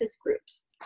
groups